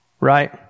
Right